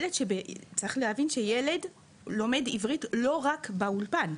צריך להבין שילד לומד עברית לא רק באולפן.